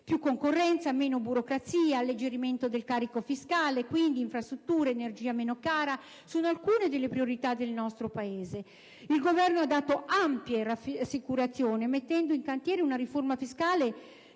Più concorrenza, meno burocrazia, alleggerimento del carico fiscale e, quindi, infrastrutture ed energia meno cara sono alcune delle priorità del nostro Paese. Il Governo ha dato ampie rassicurazioni in tal senso, mettendo in cantiere una riforma fiscale